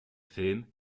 film